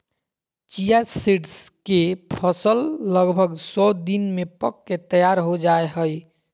chia seeds के फसल लगभग सो दिन में पक के तैयार हो जाय हइ